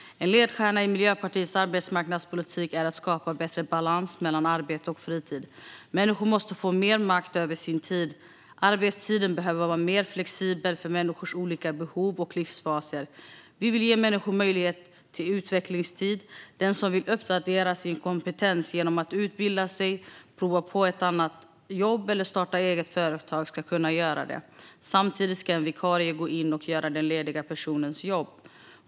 En ledstjärna i Miljöpartiets arbetsmarknadspolitik är att skapa bättre balans mellan arbete och fritid. Människor måste få mer makt över sin tid. Arbetstiden behöver vara mer flexibel för människors olika behov och livsfaser. Vi vill ge människor möjlighet till utvecklingstid. Den som vill uppdatera sin kompetens genom att utbilda sig, prova på ett annat jobb eller starta ett eget företag ska kunna göra det. Samtidigt ska en vikarie gå in och göra den lediga personens jobb.